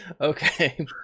Okay